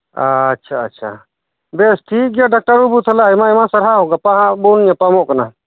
ᱟᱪ ᱪᱷᱟ ᱟᱪ ᱪᱷᱟ ᱵᱮᱥ ᱴᱷᱤᱠ ᱜᱮᱭᱟ ᱰᱟᱠᱴᱟᱨ ᱵᱟᱵᱩ ᱛᱟᱦᱞᱮ ᱟᱭᱢᱟ ᱟᱭᱢᱟ ᱥᱟᱨᱦᱟᱣ ᱜᱟᱯᱟ ᱦᱟᱸᱜ ᱵᱚᱱ ᱧᱟᱯᱟᱢᱚᱜ ᱠᱟᱱᱟ